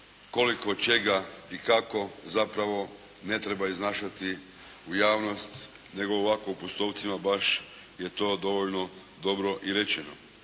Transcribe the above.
koliko čega i kako zapravo ne treba iznašati u javnost, nego u postotcima baš je to dovoljno dobro i rečeno.